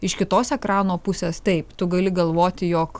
iš kitos ekrano pusės taip tu gali galvoti jog